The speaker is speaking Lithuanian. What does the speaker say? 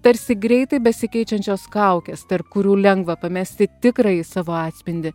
tarsi greitai besikeičiančios kaukės tarp kurių lengva pamesti tikrąjį savo atspindį